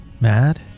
Mad